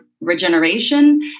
regeneration